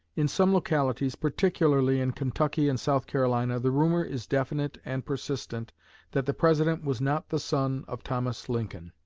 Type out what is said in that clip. in some localities, particularly in kentucky and south carolina, the rumor is definite and persistent that the president was not the son of thomas lincoln,